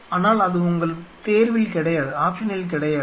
ஆனால் அது உங்கள் தேர்வில் கிடையாது